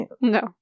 No